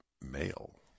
male